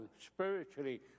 spiritually